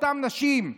אותן נשים,